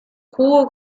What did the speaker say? jugo